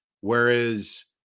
whereas